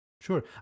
sure